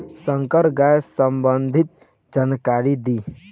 संकर गाय सबंधी जानकारी दी?